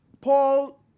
Paul